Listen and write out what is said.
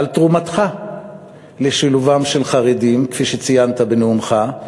על תרומתך לשילובם של חרדים, כפי שציינת בנאומך.